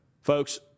Folks